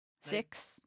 Six